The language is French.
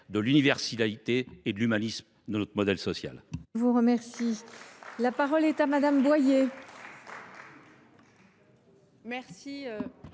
de l’universalité et de l’humanisme de notre modèle social.